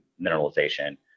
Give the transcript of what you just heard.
mineralization